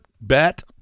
bet